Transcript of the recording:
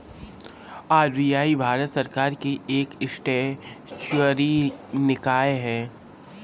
RBI Bharat सरकार की एक स्टेचुअरी निकाय है